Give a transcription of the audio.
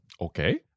Okay